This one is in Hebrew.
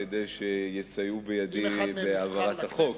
כדי שיסייעו בהעברת החוק.